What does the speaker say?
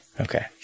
Okay